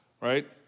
right